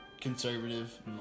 conservative